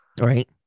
Right